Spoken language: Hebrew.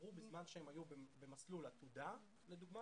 צברו בזמן שהם היו במסלול עתודה לדוגמה,